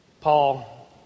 Paul